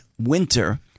Winter